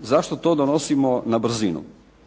zašto to donosimo na brzinu.